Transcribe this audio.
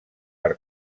per